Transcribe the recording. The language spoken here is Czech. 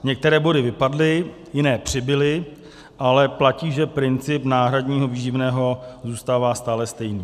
Některé body vypadly, jiné přibyly, ale platí, že princip náhradního výživného zůstává stále stejný.